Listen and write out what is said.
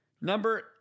Number